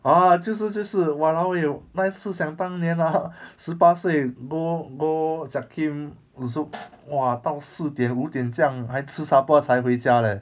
ah 就是就是 !walao! eh 那一次想当年 hor 十八岁 go go jiak kim zouk !wah! 到四点五点这样还吃 supper 才回家 leh